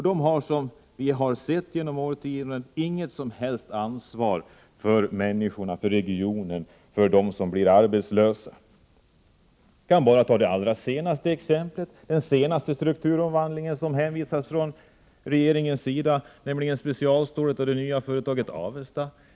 De har, som vi har sett genom årtiondena, inget som helst ansvar för människorna, för regionen och för dem som blir arbetslösa. Vi kan som exempel ta den senaste strukturomvandlingen. Det gäller specialstålet och det nya företaget Avesta AB.